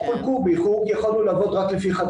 חולקו באיחור כי יכולנו לעבוד רק לפי 1